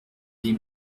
les